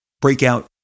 breakout